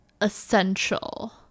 essential